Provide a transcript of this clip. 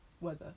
weather